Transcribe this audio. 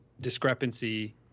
discrepancy